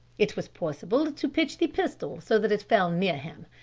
it was possible to pitch the pistol so that it fell near him.